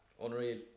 Unreal